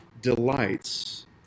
delights